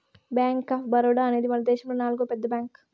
bank of Baroda అనేది మనదేశములో నాల్గో పెద్ద బ్యాంక్